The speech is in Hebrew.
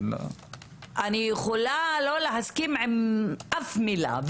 אני יכולה לא להסכים עם אף מילה,